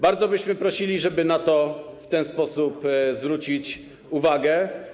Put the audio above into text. Bardzo byśmy prosili, żeby na to w ten sposób zwrócić uwagę.